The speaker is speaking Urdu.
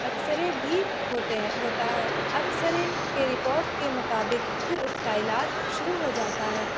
اکسرے بھی ہوتے ہیں ہوتا ہے اکسرے کے رپورٹ کے مطابق پھر اس کا علاج شروع ہو جاتا ہے